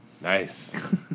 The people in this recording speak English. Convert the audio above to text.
Nice